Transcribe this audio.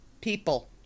people